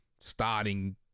starting